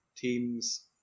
Teams